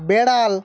বেড়াল